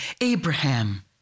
Abraham